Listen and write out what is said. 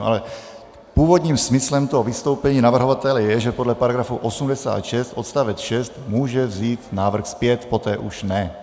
Ale původním smyslem vystoupení navrhovatele je, že podle § 86 odst. 6 může vzít návrh zpět, poté už ne.